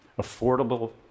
affordable